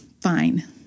fine